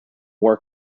war